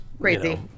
crazy